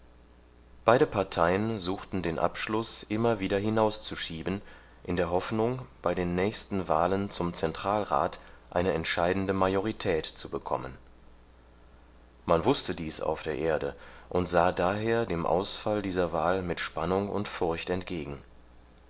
beide parteien suchten den abschluß immer wieder hinauszuschieben in der hoffnung bei den nächsten wahlen zum zentralrat eine entscheidende majorität zu bekommen man wußte dies auf der erde und sah daher dem ausfall dieser wahl mit spannung und furcht entgegen